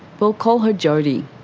we'll call her jodie.